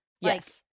Yes